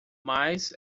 mas